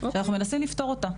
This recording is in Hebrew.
ואיך אנחנו מנסים לפתור אותה.